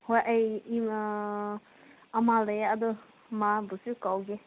ꯍꯣꯏ ꯑꯩ ꯑꯃ ꯂꯩꯌꯦ ꯑꯗꯨ ꯃꯥꯕꯨꯁꯨ ꯀꯧꯒꯦ